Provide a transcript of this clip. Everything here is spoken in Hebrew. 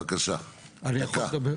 אני יכול לדבר?